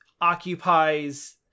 occupies